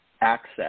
access